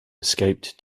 escaped